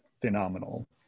phenomenal